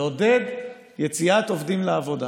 לעודד יציאת עובדים לעבודה.